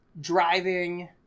driving